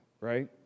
right